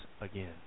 again